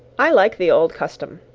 i like the old custom,